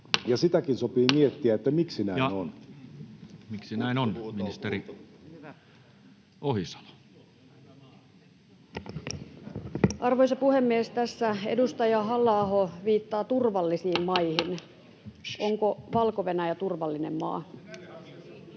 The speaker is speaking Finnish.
Sitäkin sopii miettiä, miksi näin on. Ja miksi näin on? — Ministeri Ohisalo. Arvoisa puhemies! Tässä edustaja Halla-aho viittaa turvallisiin maihin. [Hälinää — Puhemies